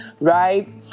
right